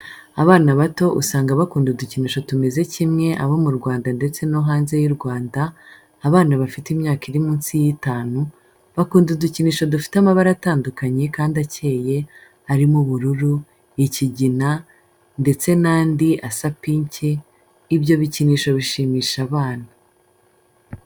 Abana bato usanga bakunda udukinisho tumeze kimwe abo mu Rwanda ndetse no hanze y'u Rwanda, abana bafite imyaka iri munsi y'itanu, bakunda udukinisho dufite amabara atandukanye kandi akeye, arimo ubururu, ikigina, ndetse n'andi asa pinki, Ibyo bikinisho bishimisha abana.